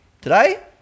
today